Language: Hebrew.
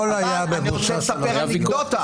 אני רוצה לספר אנקדוטה,